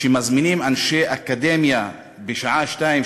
כשמזמינים אנשי אקדמיה בשעה 02:00,